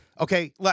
Okay